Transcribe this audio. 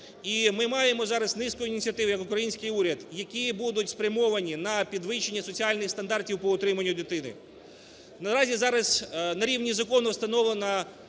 І ми маємо зараз низку ініціатив як український уряд, які будуть спрямовані на підвищення соціальних стандартів по утриманню дитини. Наразі зараз на рівні закону встановлена